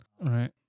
Right